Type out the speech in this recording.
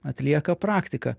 atlieka praktiką